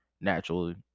Naturally